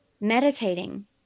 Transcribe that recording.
meditating